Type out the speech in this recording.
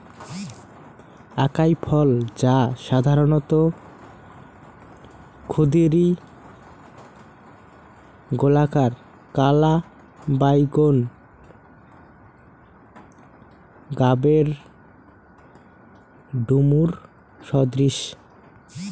আকাই ফল, যা সাধারণত ক্ষুদিরী, গোলাকার, কালা বাইগোন গাবের ডুমুর সদৃশ